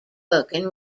booking